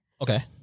Okay